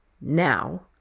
Now